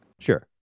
Sure